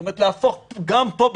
להפוך גם פה,